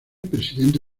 presidente